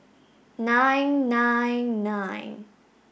nine nine nine